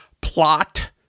plot